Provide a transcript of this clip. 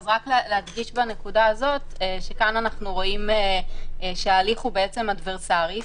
רק להדגיש בנקודה הזאת שכאן אנחנו רואים שההליך הוא אדברסרי,